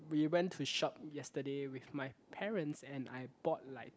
we went to shop yesterday with my parents and I bought like